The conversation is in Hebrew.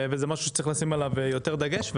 וזה משהו שצריך לשים עליו יותר דגש.